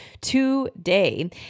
today